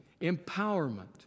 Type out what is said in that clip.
Empowerment